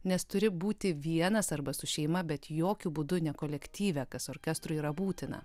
nes turi būti vienas arba su šeima bet jokiu būdu ne kolektyve kas orkestrui yra būtina